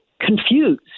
confused